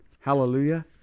Hallelujah